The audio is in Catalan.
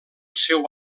seu